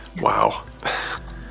Wow